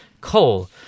coal